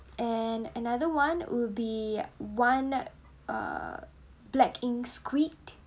and another one would be one uh black ink squid